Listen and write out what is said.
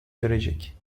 verecek